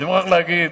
אני מוכרח להגיד,